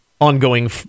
ongoing